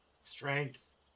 strength